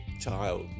child